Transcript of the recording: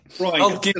Right